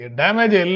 damage